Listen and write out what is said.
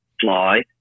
fly